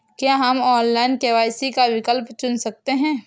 क्या हम online KYC का विकल्प चुन सकते हैं?